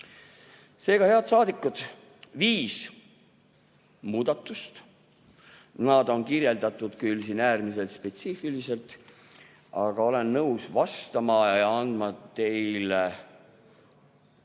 Seega, head saadikud, viis muudatust. Nad on kirjeldatud küll äärmiselt spetsiifiliselt, aga olen nõus vastama ja andma teile